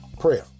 prayer